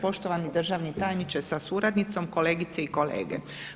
Poštovani državni tajniče sa suradnicom, kolegice i kolege.